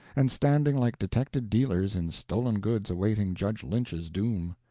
and standing like detected dealers in stolen goods awaiting judge lynch's doom.